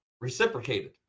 reciprocated